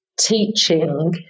teaching